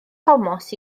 thomas